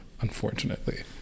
unfortunately